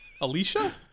Alicia